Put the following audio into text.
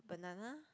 banana